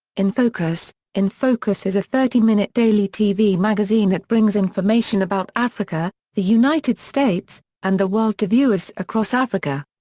in focus in focus is a thirty minute daily tv magazine that brings information about africa, the united states, and the world to viewers across africa.